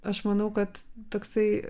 aš manau kad toksai